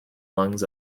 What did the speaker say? lungs